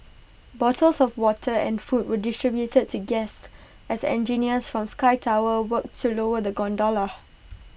bottles of water and food were distributed to guests as engineers from sky tower worked to lower the gondola